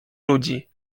ludzi